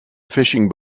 fishing